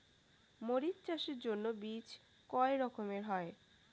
মরিচ চাষের জন্য বীজ কয় রকমের হয়?